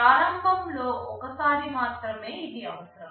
ప్రారంభం లో ఒకసారి మాత్రమే ఇది అవసరం